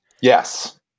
Yes